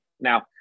Now